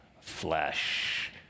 flesh